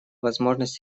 возможность